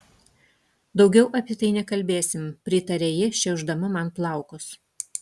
daugiau apie tai nekalbėsim pritarė ji šiaušdama man plaukus